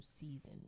season